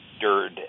dirt